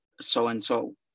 so-and-so